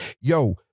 Yo